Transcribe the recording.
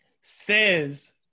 says